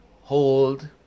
hold